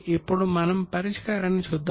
ఇప్పుడు మనం పరిష్కారాన్ని చూద్దాం